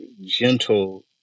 gentle